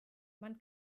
man